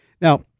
now